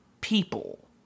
people